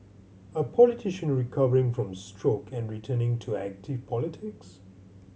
a politician recovering from stroke and returning to active politics